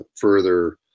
further